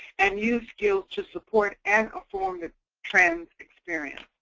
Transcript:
and use skills to support and affirm the trans experience.